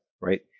right